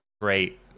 Great